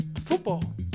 Football